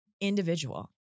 individual